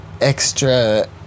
extra